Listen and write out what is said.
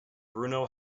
bruno